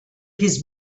his